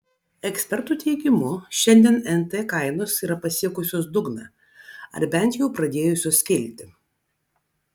ekspertų teigimu šiandien nt kainos yra pasiekusios dugną ar bent jau pradėjusios kilti